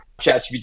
ChatGPT